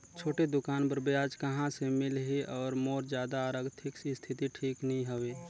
छोटे दुकान बर ब्याज कहा से मिल ही और मोर जादा आरथिक स्थिति ठीक नी हवे?